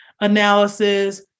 analysis